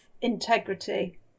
integrity